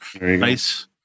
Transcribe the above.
nice